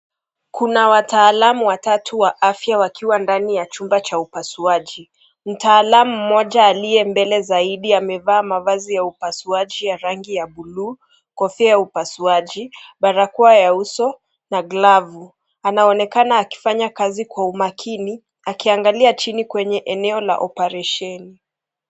Kuna wataalamu watatu wa afya wakiwa ndani ya chumba cha upasuaji. Mtaalam mmoja aliye mbele zaidi amevaa mavazi ya upasuaji ya rangi ya bluu, kofia ya upasuaji, barakoa ya uso na glavu. Anaonekana akifanya kazi kwa umakini, akiangalia chini kwenye eneo la operesheni.